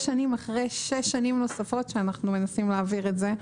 שנים אחרי שש שנים נוספות שאנו מנסים להעביר את זה.